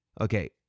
Okay